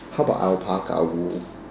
how about our parka wool